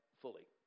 fully